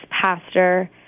pastor